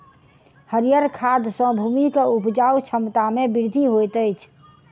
हरीयर खाद सॅ भूमि के उपजाऊ क्षमता में वृद्धि होइत अछि